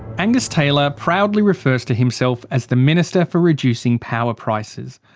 angus taylor proudly refers to himself as the minister for reducing power prices.